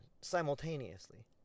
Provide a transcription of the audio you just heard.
simultaneously